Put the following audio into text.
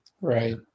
Right